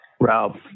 Ralph